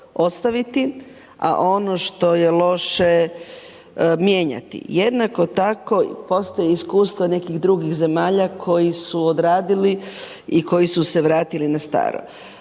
ostaviti, a ono što je loše mijenjati. Jednako tako postoje iskustva nekih drugih zemalja koji su odradili i koji su se vratili na staro.